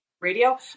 radio